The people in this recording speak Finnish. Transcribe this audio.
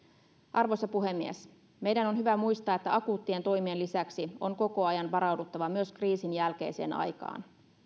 arvoisa puhemies meidän on hyvä muistaa että akuuttien toimien lisäksi on koko ajan varauduttava myös kriisin jälkeiseen aikaan